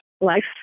life